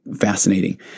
fascinating